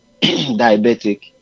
diabetic